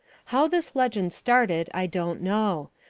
how this legend started i don't know,